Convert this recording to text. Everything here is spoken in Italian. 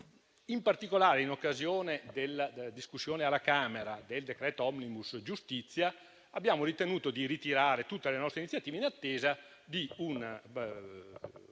In particolare, in occasione della discussione alla Camera del decreto-legge *omnibus* sulla giustizia, abbiamo ritenuto di ritirare tutte le nostre iniziative in attesa di un